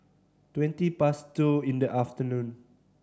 twenty past two in the afternoon